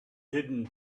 hidden